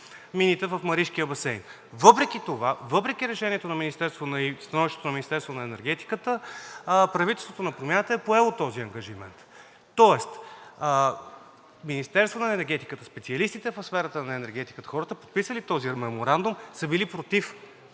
мините в Маришкия басейн. Въпреки решението и становището на Министерството на енергетиката правителството на Промяната е поело този ангажимент. Тоест Министерството на енергетиката, специалистите в сферата на енергетиката, хората, подписали този меморандум, са били против